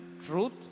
truth